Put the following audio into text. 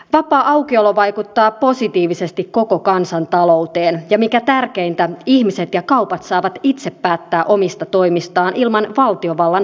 vapaa aukiolo vaikuttaa positiivisesti koko kansantalouteen ja mikä tärkeintä ihmiset ja kaupat saavat itse päättää omista toimistaan ilman valtiovallan holhousta